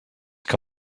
que